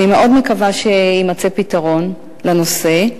אני מאוד מקווה שיימצא פתרון לנושא.